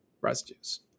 residues